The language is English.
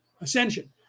ascension